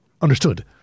understood